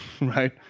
right